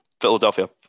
Philadelphia